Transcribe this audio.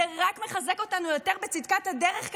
זה רק מחזק אותנו יותר בצדקת הדרך,